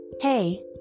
Hey